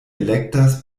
elektas